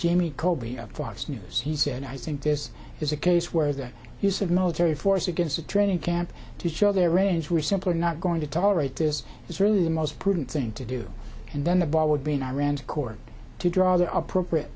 jamie colby of fox news he said i think this is a case where the use of military force against a training camp to show their range were simply not going to tolerate this is really the most prudent thing to do and then the ball would be in iran's court to draw the appropriate